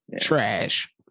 Trash